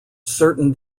certain